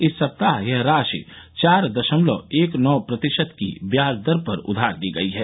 इस सप्ताह यह राशि चार दशमलव एक नौ प्रतिशत की ब्याज दर पर उधार दी गई है